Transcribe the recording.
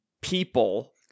people